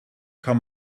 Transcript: kann